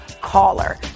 caller